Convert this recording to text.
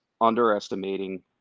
underestimating